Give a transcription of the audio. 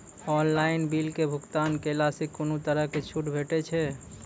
Online बिलक भुगतान केलासॅ कुनू तरहक छूट भेटै छै?